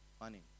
money